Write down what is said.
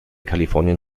kalifornien